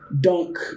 dunk